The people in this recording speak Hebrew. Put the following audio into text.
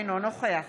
אינו נוכח